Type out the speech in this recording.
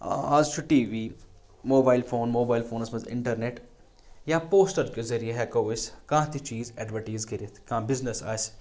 آ آز چھُ T V mobile phone mobile فونَس منٛز اِنٹَرنٮ۪ٹ یا پوسٹَر کہِ ذریعہ ہٮ۪کو أسۍ کانٛہہ تہِ چیٖز اٮ۪ڈوِٹیٖز کٔرِتھ کانٛہہ بِزنِس آسہِ